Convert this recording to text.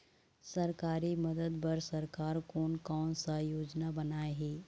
सरकारी मदद बर सरकार कोन कौन सा योजना बनाए हे?